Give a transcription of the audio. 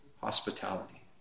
hospitality